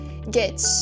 get